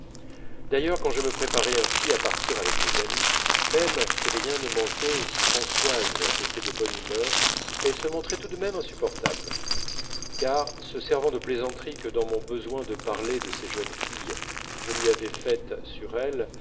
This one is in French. d'ailleurs quand je me préparais ainsi à sortir avec mes amies même si rien ne manquait et si françoise était de bonne humeur elle se montrait tout de même insupportable car se servant de plaisanteries que dans mon besoin de parler de ces jeunes filles je lui avais faites sur elles